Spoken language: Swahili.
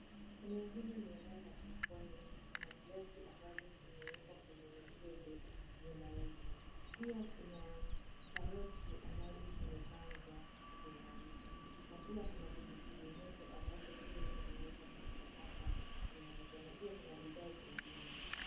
Eneo hili ni eneo la sokoni na kuna viazi ambavyo vimewekwa kwenye mikebe vinuzwa pia kuna karoti ambazo zimepangwa zinauzwa na pia kuna pilipili hoho ambazo pia zimewekwa mahali hapa zinauzwa na pia kuna bidhaa zingine.